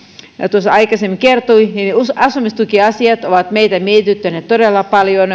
tuossa aikaisemmin kertoi asumistukiasiat ovat meitä mietityttäneet todella paljon